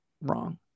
wrong